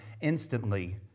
instantly